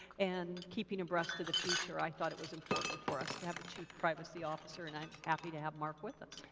and keeping abreast of the future i thought it was important for us to have a chief privacy officer. and i'm happy to have mark with us.